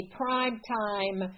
prime-time